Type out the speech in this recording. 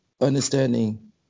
understanding